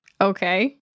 okay